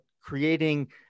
creating